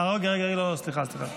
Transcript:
סליחה,